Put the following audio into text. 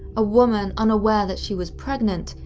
a woman, unaware that she was pregnant,